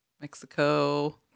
Mexico